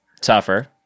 tougher